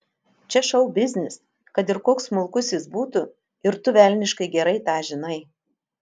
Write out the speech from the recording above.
čia šou biznis kad ir koks smulkus jis būtų ir tu velniškai gerai tą žinai